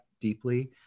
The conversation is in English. deeply